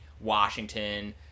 Washington